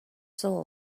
soul